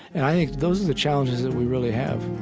and i think those are the challenges that we really have